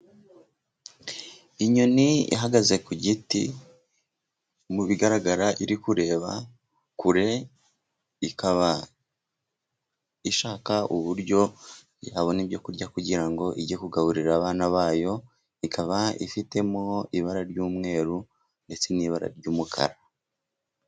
Inyoni ihagaze ku giti. Mu bigaragara iri kureba kure, ikaba ishaka uburyo yabona ibyo kurya kugira ngo ijye kugaburira abana bayo, ikaba ifitemo ibara ry'umweru ndetse n'ibara ry'umukara.